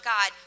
God